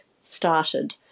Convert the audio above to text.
started